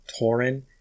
Torin